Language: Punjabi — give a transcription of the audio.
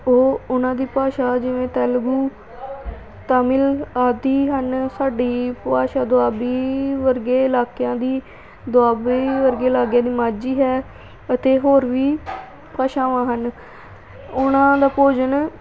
ਉਹ ਉਨ੍ਹਾਂ ਦੀ ਭਾਸ਼ਾ ਜਿਵੇਂ ਤੈਲਗੂ ਤਾਮਿਲ ਆਦਿ ਹਨ ਸਾਡੀ ਭਾਸ਼ਾ ਦੁਆਬੀ ਵਰਗੇ ਇਲਾਕਿਆਂ ਦੀ ਦੁਆਬੀ ਵਰਗੇ ਇਲਾਕਿਆਂ ਦੀ ਮਾਝੀ ਹੈ ਅਤੇ ਹੋਰ ਵੀ ਭਾਸ਼ਾਵਾਂ ਹਨ ਉਨ੍ਹਾਂ ਦਾ ਭੋਜਨ